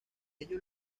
ello